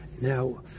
Now